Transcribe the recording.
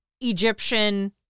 Egyptian